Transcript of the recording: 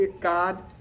God